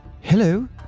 Hello